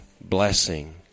blessing